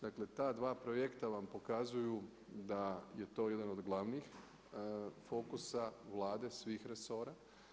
Dakle ta dva projekta vam pokazuju da je to jedan od glavnih fokusa Vlade svih resora.